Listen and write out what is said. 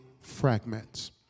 fragments